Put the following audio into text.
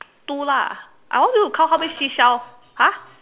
two lah I want you to count how many seashells !huh!